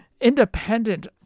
independent